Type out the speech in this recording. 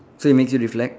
so it makes you reflect